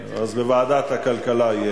בסדר, אז בוועדת הכלכלה.